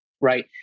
right